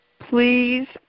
Please